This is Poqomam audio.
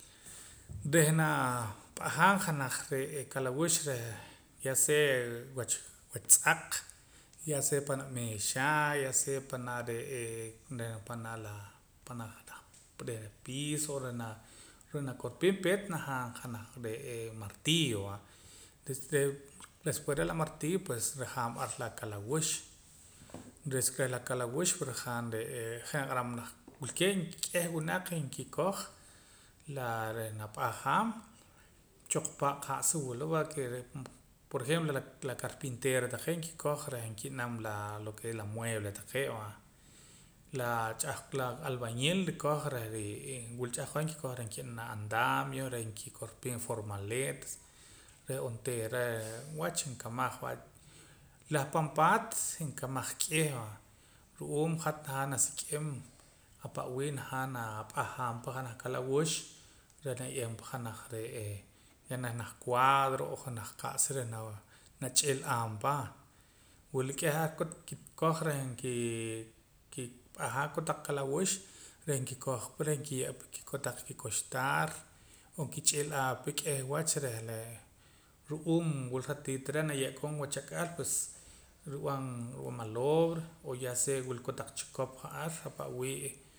Reh naa p'ajaam janaj re'ee kalawux reh ya sea wach wach tz'aq ya sea panaa' meexa ya sea panaa' re'ee panaa' la panaa' reh piso o reh na nakorpiim peet najaam re'ee janaj martillo va reh después reh la martillo pues rajaam ar la kalawux reh la kalawux rajaam ree' je' nanuq'aram wilkee' k'eh winaq nkikoj la reh nap'ajaam choqpa' qa'sa wula va ke por ejemplo la karpinteera taqee' nkikoj reh nkinam lo ke es la muebles taqee' va la cha'hqon la albañil rikoj reh rii wila ch'ahqon reh nikb'anam andamio reh nkikorpiim formaleta reh onteera wach nkamaj reh pan paat nkamaj k'ih va ru'uum hat najaam nasik'im ape' wii najaam nap'ajaam pan janaj kalawux reh naye'eem pa janaj re'ee janaj cuadro o janaj qa'sa reh nach'il'aam pa wila k'eh ar nkikoj reh kikiip'ajaa kotaq kalawux reh nkikoj pa reh nkiye'pa kotaq kikoxtaar o nkich'il'aa pa k'eh wach reh reh ru'uum wula ratito reh naye'koom wachak'al pues rub'an maloobre o ya sea wila kotaq chikop ja'ar ahpa'wii